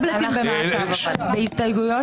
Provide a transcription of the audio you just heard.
דורסים את הוועדה, מפרים כל סיכום.